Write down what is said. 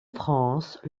france